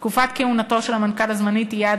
תקופת כהונתו של המנכ"ל הזמני תהיה עד